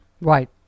Right